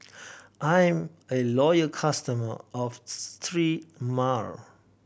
I am a loyal customer of Sterimar